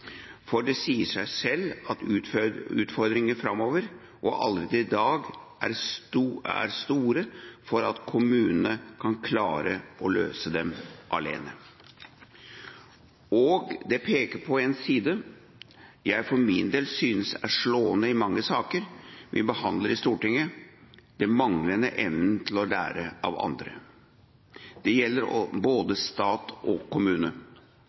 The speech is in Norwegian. for det sier seg selv at utfordringene framover, og allerede i dag, er for store til at kommunene kan klare å løse dem alene. Det peker på en side jeg for min del synes er slående i mange saker vi behandler i Stortinget – den manglende evnen til å lære av andre. Det gjelder både stat og kommune.